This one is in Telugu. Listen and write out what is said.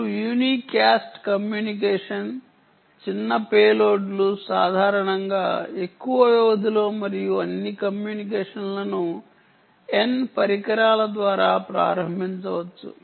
మీరు యూని క్యాస్ట్ కమ్యూనికేషన్ చిన్న పేలోడ్లు సాధారణంగా ఎక్కువ వ్యవధిలో మరియు అన్ని కమ్యూనికేషన్లను n పరికరాల ద్వారా ప్రారంభించవచ్చు